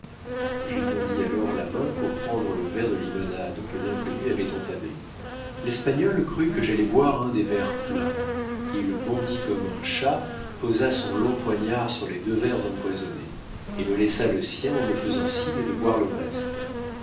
j'étendis alors la main pour prendre le verre de limonade que l'inconnu avait entamé l'espagnol crut que j'allais boire un des verres pleins il bondit comme un chat posa son long poignard sur les deux verres empoisonnés et me laissa le sien en me faisant signe de boire le reste